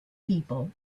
people